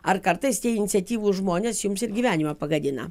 ar kartais tie iniciatyvūs žmonės jums ir gyvenimą pagadina